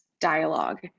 dialogue